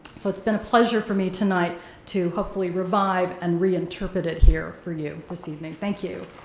so, it's been a pleasure for me tonight to hopefully revive and reinterpret it here for you this evening, thank you.